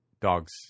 Dogs